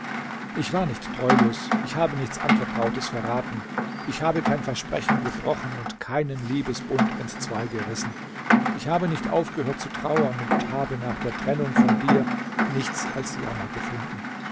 ich war nicht treulos ich habe nichts anvertrautes verraten ich habe kein versprechen gebrochen und keinen liebesbund entzwei gerissen ich habe nicht aufgehört zu trauern und habe nach der trennung von dir nichts als jammer gefunden